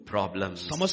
Problems